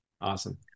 Awesome